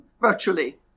virtually